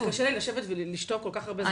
קשה לי לשבת ולשתוק כל כך הרבה זמן?